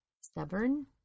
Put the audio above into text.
Stubborn